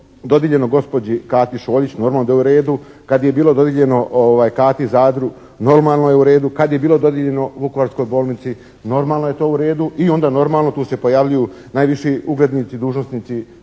dodijeljeno gospođi Kati Šoljić normalno da je u redu. Kad je bilo dodijeljeno Kati Zadru normalno je u redu. Kad je bilo dodijeljeno Vukovarskoj bolnici normalno da je to u redu. I onda normalno, tu se pojavljuju najviši uglednici i dužnosnici